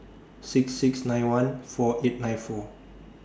six six nine one four eight nine four